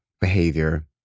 behavior